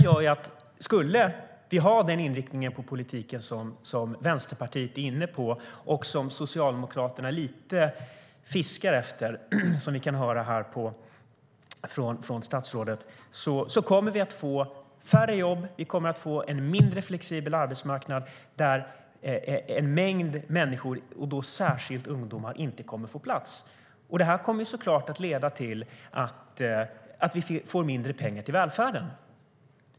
Får vi den inriktning på politiken som Vänsterpartiet är inne på och som Socialdemokraterna fiskar lite efter, som vi kan höra här från statsrådet, kommer vi att få färre jobb och en mindre flexibel arbetsmarknad, där en mängd människor, särskilt ungdomar, inte kommer att få plats. Det här kommer såklart att leda till att vi får mindre pengar till välfärden.